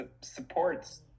supports